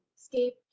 escape